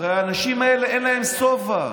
הרי לאנשים האלה אין שובע,